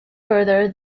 further